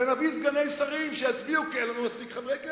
ונביא סגני שרים שיצביעו כי אין לנו מספיק חברי כנסת.